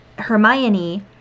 Hermione